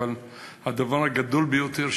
דבר הגדול ביותר,